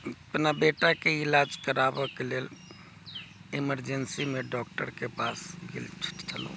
अपना बेटाके इलाज कराबऽके लेल एमरजेंसीमे डॉक्टरके पास गेल छलहुँ